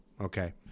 Okay